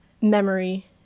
memory